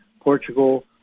Portugal